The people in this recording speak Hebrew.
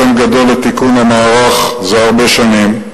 בפעילותו פה בכנסת הוא לוחם גדול לתיקון המערך זה הרבה שנים,